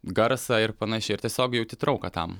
garsą ir panašiai ir tiesiog jauti trauką tam